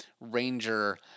ranger